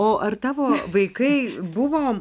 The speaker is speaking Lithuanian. o ar tavo vaikai buvo